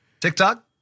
tiktok